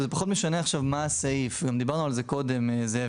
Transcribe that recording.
וזה פחות משנה מה הסעיף דיברנו על זה אני וזאב קודם לכן בצד,